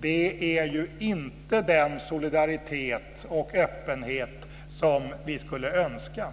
Det är inte den solidaritet och öppenhet som vi skulle önska.